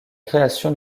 création